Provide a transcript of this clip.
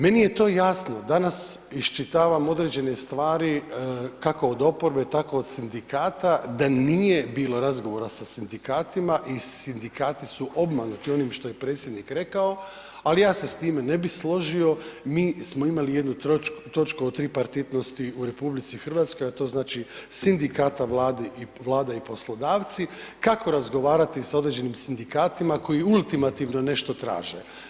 Meni je to jasno, danas iščitavam određene stvari kako od oporbe tako od sindikata, da nije bilo razgovora sa sindikatima i sindikati su obmanuti onim što je predsjednik rekao, ali ja se s time ne bi složio, mi smo imali jednu točku od tripartitnosti u RH a to znači sindikata, Vlade i poslodavci, kako razgovarati sa određenim sindikatima koji ultimativno nešto traže.